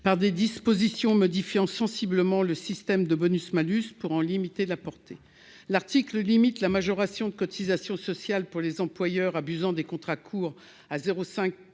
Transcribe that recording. par des dispositions modifiant sensiblement le système de bonus malus pour en limiter la portée l'article limite la majoration de cotisations sociales pour les employeurs abusant des contrats courts à 0 5